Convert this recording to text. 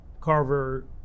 Carver